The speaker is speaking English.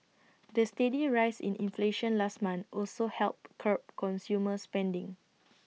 the steady rise in inflation last month also helped curb consumer spending